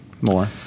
more